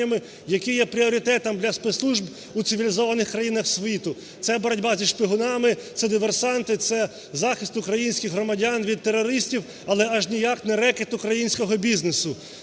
які є пріоритетом для спецслужб у цивілізованих країнах світу, це боротьба зі шпигунами, це диверсантами, це захист українських громадян від терористів, але ж ніяк не рекет українського бізнесу.